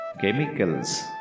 chemicals